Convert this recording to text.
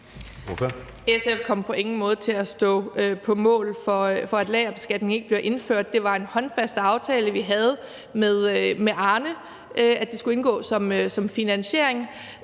SF kommer på ingen måde til at stå på mål for, at lagerbeskatning ikke bliver indført. Det var en håndfast aftale, vi havde med Arnepensionen, at det skulle indgå som finansiering.